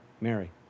Mary